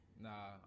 Nah